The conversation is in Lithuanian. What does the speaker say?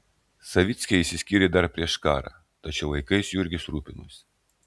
savickiai išsiskyrė dar prieš karą tačiau vaikais jurgis rūpinosi